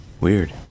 weird